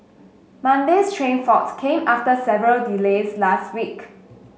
monday's train fault came after several delays last week